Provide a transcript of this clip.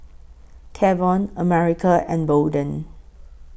Kavon America and Bolden